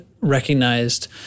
recognized